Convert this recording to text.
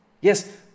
Yes